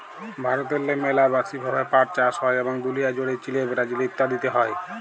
ভারতেল্লে ম্যালা ব্যাশি ভাবে পাট চাষ হ্যয় এবং দুলিয়া জ্যুড়ে চিলে, ব্রাজিল ইত্যাদিতে হ্যয়